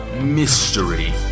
mystery